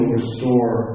Restore